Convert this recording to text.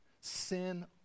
sin